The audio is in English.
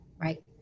right